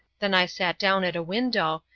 then i sat down at a window,